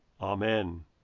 Amen